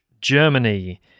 Germany